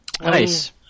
Nice